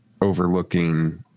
overlooking